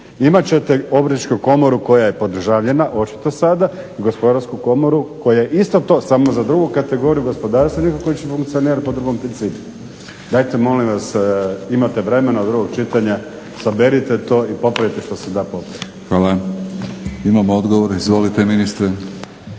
Imat ćete Obrtničku komoru koja je podržavljena očito sada i Gospodarsku komoru koja je isto to samo za drugu kategoriju gospodarstvenika koji će funkcionirati po drugom principu. Dajte molim vas, imate vremena do drugog čitanja saberite to i popravite što se da popraviti. **Batinić, Milorad (HNS)** Hvala. Imamo odgovor, izvolite ministre.